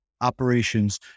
operations